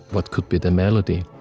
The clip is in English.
what could be the melody.